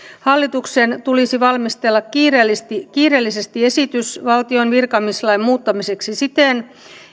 hallituksen tulisi valmistella kiireellisesti kiireellisesti esitys valtion virkamieslain muuttamiseksi siten